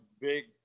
big